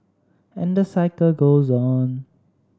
and the cycle goes on